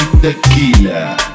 Tequila